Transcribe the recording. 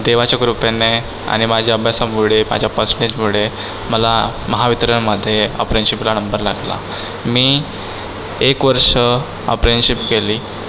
देवाच्या कृपेने आणि माझ्या अभ्यासामुळे माझ्या फर्स्ट स्टेजमुळे मला महावितरणमध्ये अप्रेनशिपला नंबर लागला मी एक वर्ष अप्रेनशिप केली